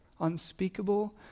Unspeakable